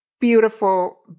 Beautiful